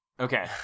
Okay